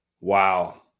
wow